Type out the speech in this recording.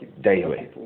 daily